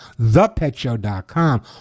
thepetshow.com